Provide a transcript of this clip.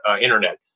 Internet